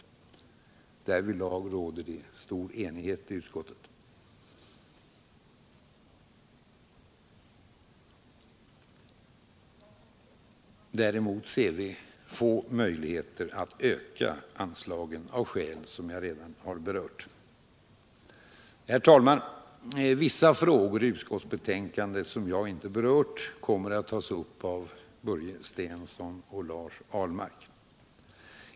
Därvidlag råder stor enighet i utskottet. Vi ser däremot små möjligheter att öka anslagen av skäl som jag redan har berört. Herr talman! Vissa andra frågor i utskottsbetänkandet kommer att tas upp av Börje Stensson och Lars Ahlmark.